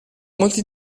molti